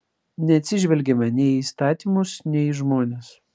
neatsižvelgiama nei į įstatymus nei į žmones